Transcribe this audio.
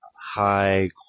high